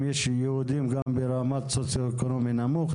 אם יש יהודים גם ברמה סוציואקונומי נמוך,